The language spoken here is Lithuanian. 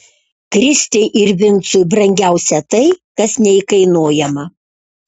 kristei ir vincui brangiausia tai kas neįkainojama